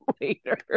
later